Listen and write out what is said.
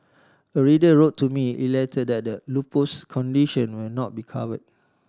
a reader wrote to me elated that the lupus condition will now be cover